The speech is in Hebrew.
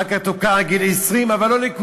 אחר כך תוקנה עד גיל 20, אבל לא לכולם,